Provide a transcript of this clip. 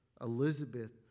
Elizabeth